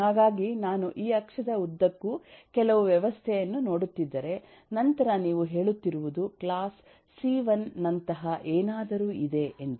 ಹಾಗಾಗಿ ನಾನು ಈ ಅಕ್ಷದ ಉದ್ದಕ್ಕೂ ಕೆಲವು ವ್ಯವಸ್ಥೆಯನ್ನು ನೋಡುತ್ತಿದ್ದರೆ ನಂತರ ನೀವು ಹೇಳುತ್ತಿರುವುದು ಕ್ಲಾಸ್ ಸಿ1 ನಂತಹ ಏನಾದರೂ ಇದೆ ಎಂದು